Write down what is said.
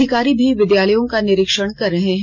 अधिकारी भी विद्यालयों का निरीक्षण कर रहे हैं